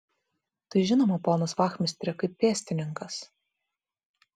tai žinoma ponas vachmistre kaip pėstininkas